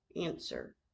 Answer